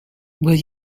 will